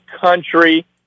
country